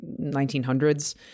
1900s